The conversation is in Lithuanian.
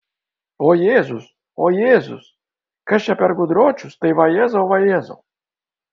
o jėzus o jėzus kas čia per gudročius tai vajezau vajezau